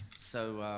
so